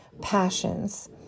passions